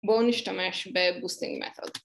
בואו נשתמש בבוסטינג מתוד